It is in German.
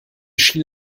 schien